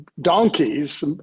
donkeys